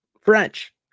French